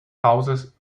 hauses